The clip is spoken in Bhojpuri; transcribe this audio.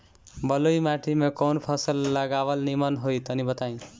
बलुई माटी में कउन फल लगावल निमन होई तनि बताई?